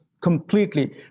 completely